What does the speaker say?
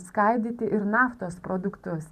skaidyti ir naftos produktus